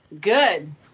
Good